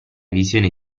visione